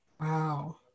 Wow